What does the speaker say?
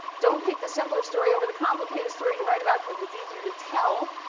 don't pick the simpler story over the complicated story to write about because it's easier to tell.